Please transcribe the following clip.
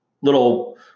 little